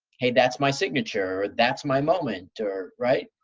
hey, that's my signature or that's my moment, or right.